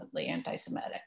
anti-Semitic